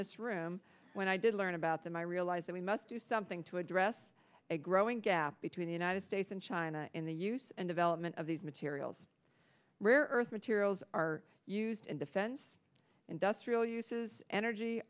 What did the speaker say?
this room when i did learn about them i realize that we must do something to address a growing gap between the united states and china in the use and development of these materials rare earth materials are used in defense industrial uses energy